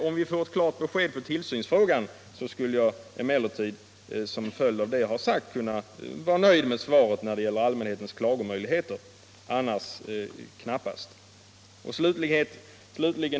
Får vi ett klart besked beträffande tillsynsfrågan, skulle jag emellertid kunna vara nöjd med svaret i vad det avser allmänhetens klagomöjligheter, annärs knappast.